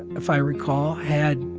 if i recall, had